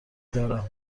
دارم